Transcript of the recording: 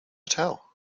tell